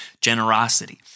generosity